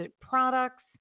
products